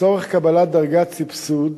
לצורך קבלת דרגת סבסוד,